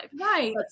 Right